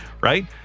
right